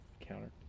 Counter